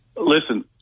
listen